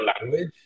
language